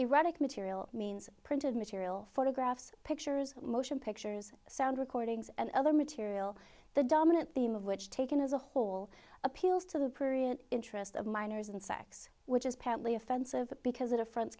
erotic material means printed material photographs pictures motion pictures sound recordings and other material the dominant theme of which taken as a whole appeals to the period interest of minors and sex which is patently offensive because it affr